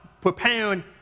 preparing